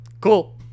Cool